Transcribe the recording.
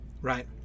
right